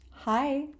Hi